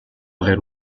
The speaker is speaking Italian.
aver